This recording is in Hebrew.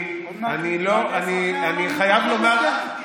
כזאת הוצאת דיבה על ישראל לא הייתה.